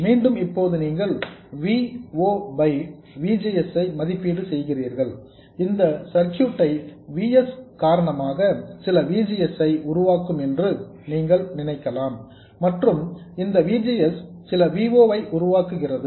மீண்டும் இப்போது நீங்கள் V o by V G S ஐ மதிப்பீடு செய்கிறீர்கள் இந்த சர்க்யூட் V s காரணமாக சில V G S ஐ உருவாக்கும் என்று நீங்கள் நினைக்கலாம் மற்றும் இந்த V G S சில V o ஐ உருவாக்குகிறது